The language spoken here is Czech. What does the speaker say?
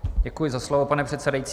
Děkuji za slovo, pane předsedající.